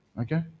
Okay